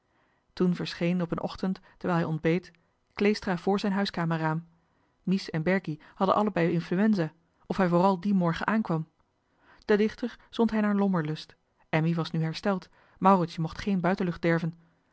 op een ochtend terwijl hij ontbeet kleestra vr zijn huiskamer raam mies en berkie hadden allebei influenza of hij vooral dien morgen aankwam den dichter zond hij naar lommerlust emmy was nu wel hersteld mauritsje mocht geen buitenlucht